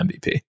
MVP